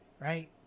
Right